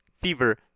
fever